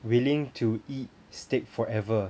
willing to eat steak forever